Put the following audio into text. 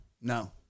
no